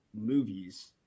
movies